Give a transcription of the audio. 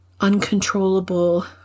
uncontrollable